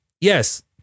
Yes